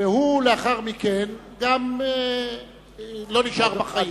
ולאחר מכן הוא לא נשאר בחיים.